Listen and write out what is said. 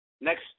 Next